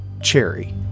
Cherry